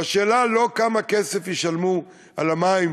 והשאלה היא לא כמה כסף ישלמו על המים,